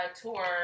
Tour